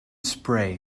spray